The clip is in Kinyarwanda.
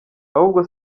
ahubwo